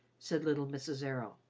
said little mrs. errol.